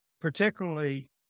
particularly